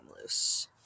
loose